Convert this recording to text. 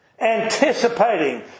Anticipating